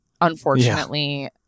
unfortunately